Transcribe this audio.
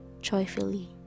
joyfully